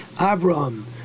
Abraham